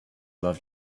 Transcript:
love